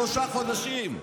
שלושה חודשים.